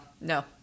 no